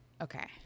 Okay